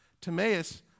Timaeus